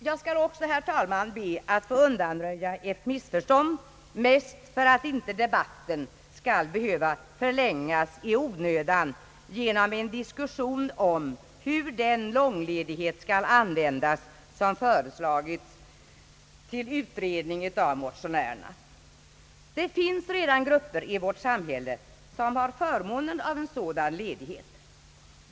Jag skall också, herr talman, be att få undanröja ett missförstånd, mest för att debatten inte skall behöva förlängas i onödan genom en diskussion om hur den långledighet skall användas som föreslagits till utredning av motionärerna. Det finns redan grupper i vårt samhälle som har förmånen av en sådan ledigbet.